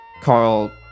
Carl